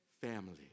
family